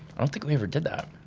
i don't think we ever did that.